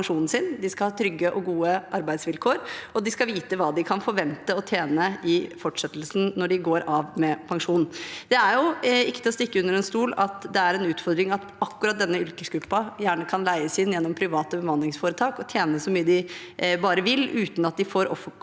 de skal ha trygge og gode arbeidsvilkår, og at de skal vite hva de kan forvente å tjene i fortsettelsen, når de går av med pensjon. Det er ikke til å stikke under stol at det er en utfordring at akkurat denne yrkesgruppen gjerne kan leies inn gjennom private bemanningsforetak og tjene så mye de bare vil, uten at de får avkorting